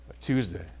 Tuesday